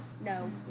No